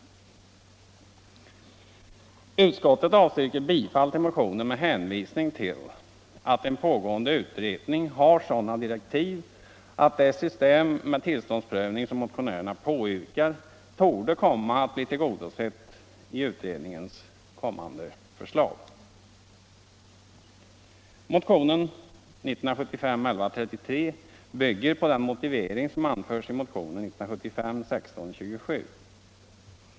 Utskottet avstyrker motionsyrkandet med hänvisning till att en pågående utredning har sådana direktiv att önskemål om ett system med tillståndsprövning som motionärerna framför torde komma att bli tillgodosett i utredningens kommande förslag. Motionen 1975:1133 bygger på den motivering som anförs i motionen 1975:1627.